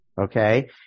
okay